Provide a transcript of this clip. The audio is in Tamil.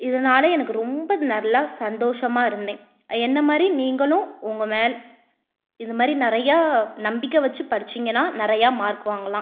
இதனால எனக்கு ரொம்ப நல்லா சந்தோஷமாக இருந்தேன் என்ன மாதிரி நீங்களும் உங்கள் மேல் இந்த மாதிரி நிறையா நம்பிக்கை வெச்சு படிச்சுங்கனா நிறையா மார்க் வாங்கலாம்